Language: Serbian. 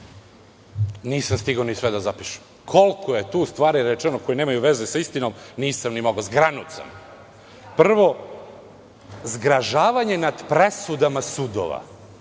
Nisam stigao ni sve da zapišem. Koliko je tu stvari rečeno koje nemaju veze sa istinom, nisam ni mogao. Zgranut sam. Prvo zgražavanje nad presudama sudova,